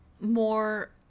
more